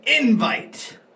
invite